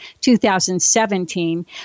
2017